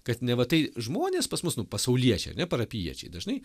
kad neva tai žmonės pas mus nu pasauliečiai ar ne parapijiečiai dažnai